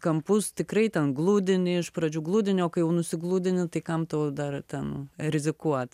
kampus tikrai ten gludini iš pradžių gludini o kai jau nusigludini tai kam tau dar ten rizikuot